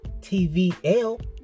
tvl